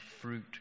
fruit